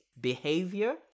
behavior